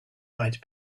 might